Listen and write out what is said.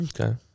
Okay